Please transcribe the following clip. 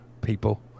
people